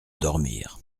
dormir